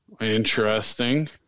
Interesting